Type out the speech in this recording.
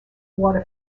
water